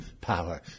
power